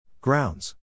grounds